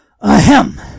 Ahem